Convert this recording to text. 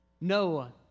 Noah